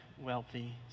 wealthy